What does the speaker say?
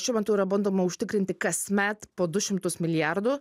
šiuo metu yra bandoma užtikrinti kasmet po du šimtus milijardų